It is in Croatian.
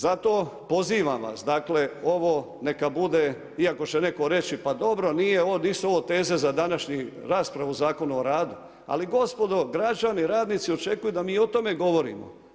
Zato pozivam vas ovo neka bude iako će neko reći, pa dobro nisu ovo teze za današnju raspravu Zakona o radu, ali gospodo građani radnici očekuju da mi o tome govorimo.